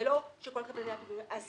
זה לא שכל קבלני הפיגומים --- אז